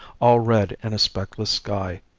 all red in a speckless sky,